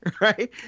Right